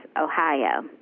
Ohio